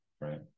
right